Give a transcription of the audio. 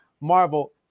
Marvel